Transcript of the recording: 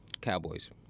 Cowboys